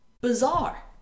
bizarre